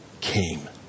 came